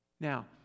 Now